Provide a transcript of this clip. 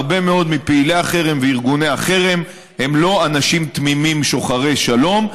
הרבה מאוד מפעילי החרם וארגוני החרם הם לא אנשים תמימים ושוחרי שלום,